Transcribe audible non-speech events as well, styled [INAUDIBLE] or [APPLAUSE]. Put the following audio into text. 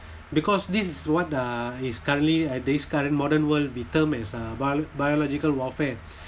because this is what uh is currently at this current modern world we term as uh bi~ biological warfare [BREATH]